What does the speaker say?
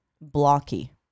blocky